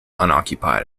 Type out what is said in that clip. unoccupied